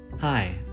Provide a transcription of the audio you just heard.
Hi